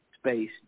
space